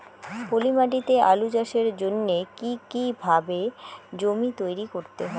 পলি মাটি তে আলু চাষের জন্যে কি কিভাবে জমি তৈরি করতে হয়?